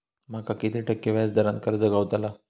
माका किती टक्के व्याज दरान कर्ज गावतला?